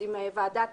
עם ועדת